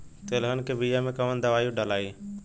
तेलहन के बिया मे कवन दवाई डलाई?